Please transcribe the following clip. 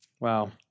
Wow